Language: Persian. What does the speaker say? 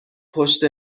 پشت